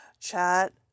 chat